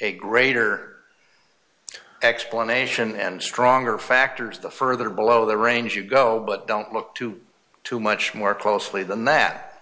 a greater explanation and stronger factors the further below the range you go but don't look to too much more closely than that